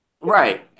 right